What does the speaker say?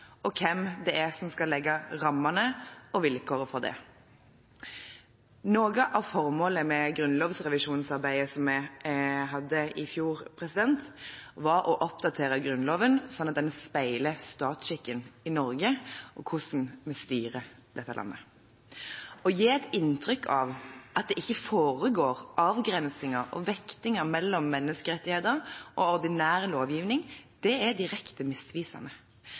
og hvem som skal legge rammene og vilkårene for det. Noe av formålet med grunnlovsrevisjonsarbeidet som vi hadde i fjor, var å oppdatere Grunnloven slik at den speiler statsskikken i Norge og hvordan vi styrer dette landet. Å gi et inntrykk av at det ikke foregår avgrensinger og vektinger mellom menneskerettigheter og ordinær lovgivning, er direkte misvisende.